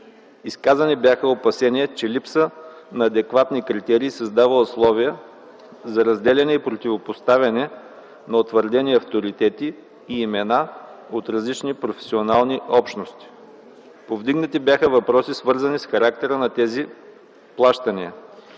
Изказани бяха опасения, че липсата на адекватни критерии създава условия за разделяне и противопоставяне на утвърдени авторитети и имена от различни професионални общности. Повдигнати бяха и въпроси свързани с характера на тези плащания.